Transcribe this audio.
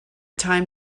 time